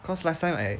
cause last time I